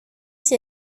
s’y